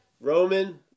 Roman